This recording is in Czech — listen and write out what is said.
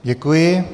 Děkuji.